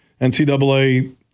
NCAA